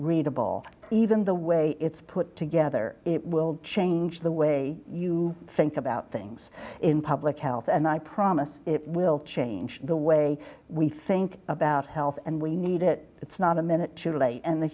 readable even the way it's put together it will change the way you think about things in public health and i promise it will change the way we think about health and we need it it's not a minute to relate and the